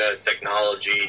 technology